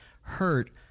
hurt